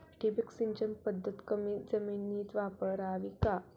ठिबक सिंचन पद्धत कमी जमिनीत वापरावी का?